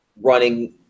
running